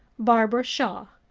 barbara shaw